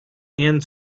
and